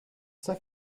sir